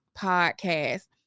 podcast